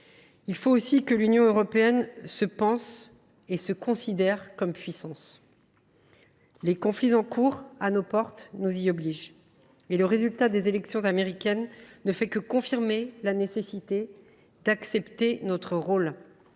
il faut que l’Union européenne se pense et se considère comme puissance. Les conflits en cours à nos portes nous y obligent, et le résultat des élections américaines ne fait que confirmer la nécessité d’accepter notre rôle.